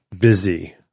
busy